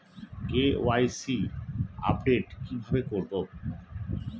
KYC update কি ভাবে করবো?